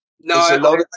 no